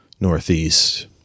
Northeast